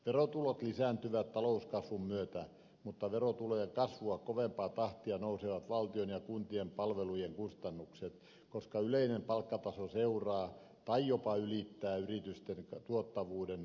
verotulot lisääntyvät talouskasvun myötä mutta verotulojen kasvua kovempaa tahtia nousevat valtion ja kuntien palvelujen kustannukset koska yleinen palkkataso seuraa tai jopa ylittää yritysten tuottavuuden kasvun